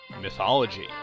mythology